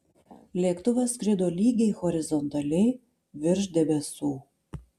lėktuvas skrido lygiai horizontaliai virš debesų